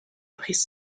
brice